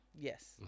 Yes